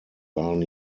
waren